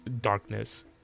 darkness